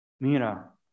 mira